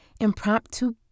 impromptu